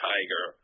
Tiger